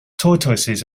tortoises